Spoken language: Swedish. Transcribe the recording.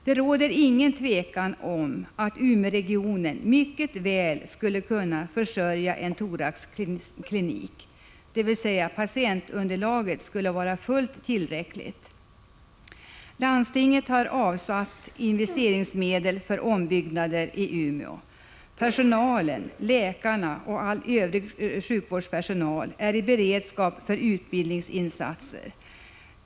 Utan tvivel skulle Umeåregionen mycket väl kunna försörja en thoraxklinik, dvs. patientunderlaget skulle vara fullt tillräckligt. Landstinget har avsatt investeringsmedel för ombyggnader i Umeå. Personalen, läkarna och all övrig sjukvårdspersonal, är i beredskap för utbildningsinsatser.